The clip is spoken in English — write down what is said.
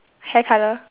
hair colour